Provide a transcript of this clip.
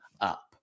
up